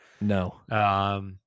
No